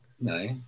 No